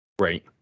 Right